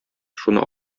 шуны